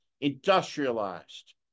industrialized